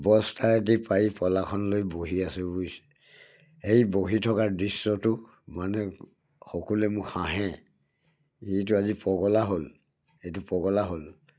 বস্তা এটি পাৰি পালাখন লৈ বহি আছো বুইছ এই বহি থকাৰ দৃশ্যটোক মানুহে সকলোৱে মোক হাঁহে এইটো আজি পগলা হ'ল এইটো পগলা হ'ল